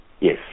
Yes